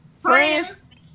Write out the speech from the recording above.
Friends